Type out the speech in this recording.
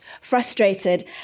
frustrated